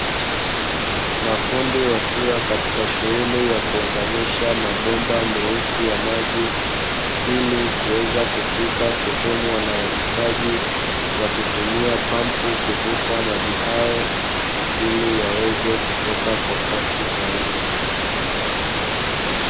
Mafundi wakiwa katika shughuli yakuunganisha mabomba meusi ya maji ili kuweza kufika sehemu wanayoihitaji wakitumia pampu kuvuta maji hayo ili yaweze kutoka kwa kasi zaidi.